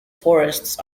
forests